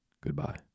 goodbye